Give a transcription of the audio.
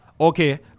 Okay